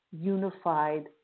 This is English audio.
unified